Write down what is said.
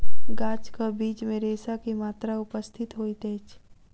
गाछक बीज मे रेशा के मात्रा उपस्थित होइत अछि